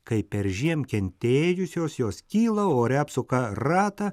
kai peržiem kentėjusios jos kyla ore apsuka ratą